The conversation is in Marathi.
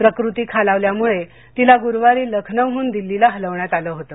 प्रकृती खालावल्यामूळे तिला गुरुवारी लखनौहन दिल्लीला हलवण्यात आलं होतं